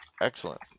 Excellent